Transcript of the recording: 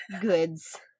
goods